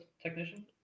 technician